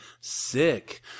sick